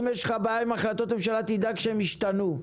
אם יש לך בעיות עם החלטות ממשלה, תדאג שהן ישתנו.